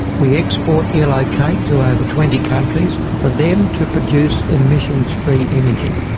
we export yellowcake to over twenty countries for them to produce emissions free energy.